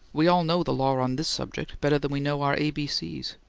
we all know the law on this subject better than we know our a, b, c's.